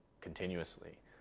continuously